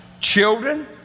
Children